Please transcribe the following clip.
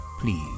please